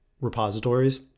repositories